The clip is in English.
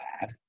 bad